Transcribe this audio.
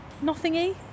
nothing-y